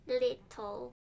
little